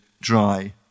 dry